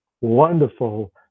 wonderful